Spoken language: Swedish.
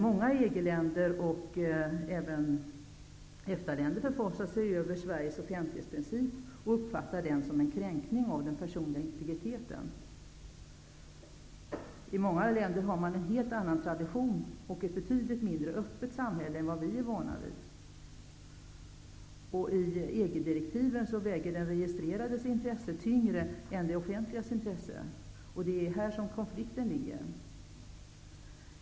Många EG-länder och även EFTA-länder förfasar sig över Sveriges offentlighetsprincip och uppfattar den som en kränkning av den personliga integriteten. I många länder har man en helt annan tradition och ett betydligt mindre öppet samhälle än vad vi är vana vid. I EG-direktivet väger den registrerades intressen tyngre än det offentligas intresse. Det är där konflikten ligger.